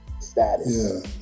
status